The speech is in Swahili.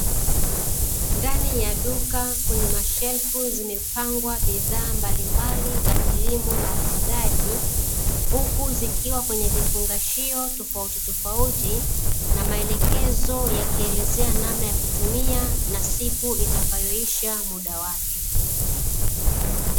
Ndani ya duka kwenye mashelfu zimepangwa bidhaa mbalimbali za kilimo na ufugaji, huku zikiwa kwenye vifungashio tofautitofauti na maelekezo yakielezea namna ya kutumia, na siku itakayoisha muda wake.